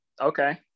Okay